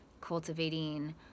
cultivating